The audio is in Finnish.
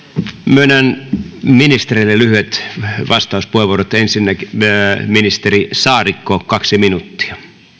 myönnän ministereille lyhyet vastauspuheenvuorot ensin ministeri saarikko kaksi minuuttia